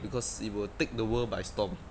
because it will take the world by storm